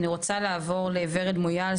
אני רוצה לעבור לורד מויאל,